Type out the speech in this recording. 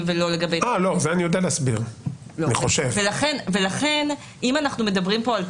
ולא לגבי --- אני חושב שאת זה אני יודע להסביר.